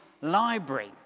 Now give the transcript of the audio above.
library